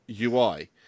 UI